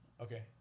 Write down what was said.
Okay